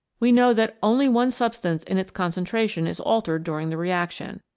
we know that only one substance in its concentration is altered during the reaction.